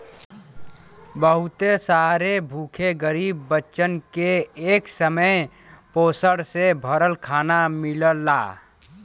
बहुत सारे भूखे गरीब बच्चन के एक समय पोषण से भरल खाना मिलला